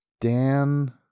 Dan